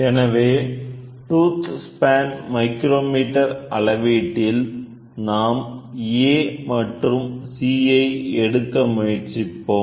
எனவேடூத் span micrometer அளவீட்டில் நாம் A மற்றும் C ஐ எடுக்க முயற்சிப்போம்